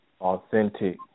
authentic